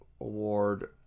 award